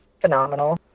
phenomenal